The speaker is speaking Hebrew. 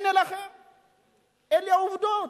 אלה עובדות.